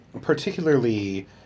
particularly